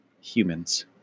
humans